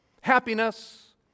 happiness